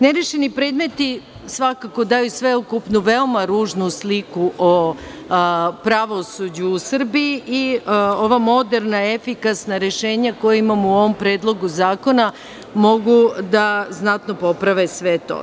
Nerešeni predmeti svakako daju sveukupnu veoma ružnu sliku o pravosuđu u Srbiji i ova moderna efikasna rešenja koja imamo u ovom predlogu zakona, mogu da znatno poprave sve to.